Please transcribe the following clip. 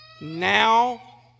Now